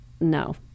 no